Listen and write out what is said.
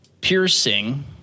piercing